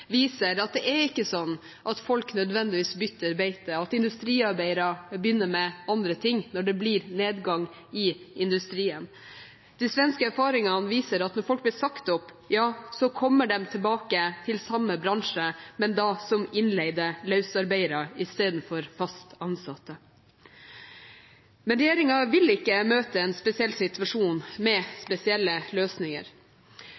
viser at det ikke er sånn at folk nødvendigvis bytter beite – at industriarbeidere begynner med andre ting når det blir nedgang i industrien. De svenske erfaringene viser at når folk blir sagt opp, ja så kommer de tilbake til samme bransje, men da som innleide løsarbeidere istedenfor som fast ansatte. Men regjeringen vil ikke møte en spesiell situasjon med spesielle løsninger.